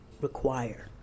require